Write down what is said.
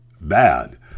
bad